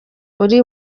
uri